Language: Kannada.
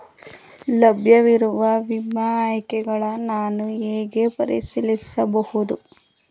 ಲಭ್ಯವಿರುವ ವಿಮಾ ಆಯ್ಕೆಗಳನ್ನು ನಾನು ಹೇಗೆ ಪರಿಶೀಲಿಸಬಹುದು?